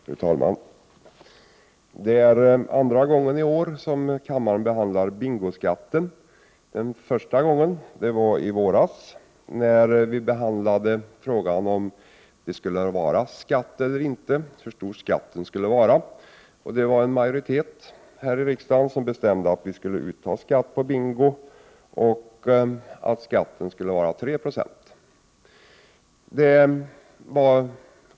Fru talman! Det är andra gången i år som kammaren behandlar bingoskatten. Första gången var i våras när vi behandlade frågan om det skulle vara skatt eller inte och hur stor skatten i så fall skulle vara. En majoritet här i riksdagen beslutade att vi skall utta skatt på bingo och att skatten skall vara 3 20.